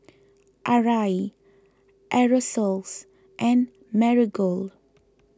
Arai Aerosoles and Marigold